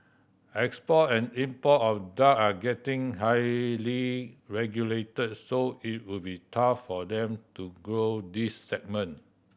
export and import of drug are getting highly regulated so it would be tough for them to grow this segment